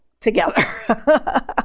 together